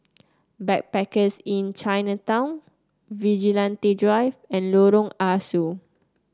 Backpackers Inn Chinatown Vigilante Drive and Lorong Ah Soo